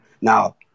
Now